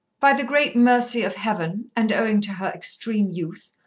by the great mercy of heaven, and owing to her extreme youth,